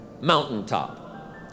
mountaintop